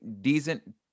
decent